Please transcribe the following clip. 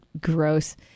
gross